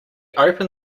opened